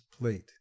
plate